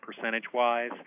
percentage-wise